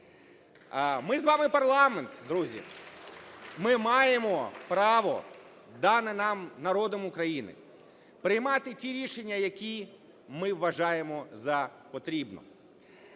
Ми з вами парламент, друзі. Ми маємо право, дане нам народом України, приймати ті рішення, які ми вважаємо за потрібне.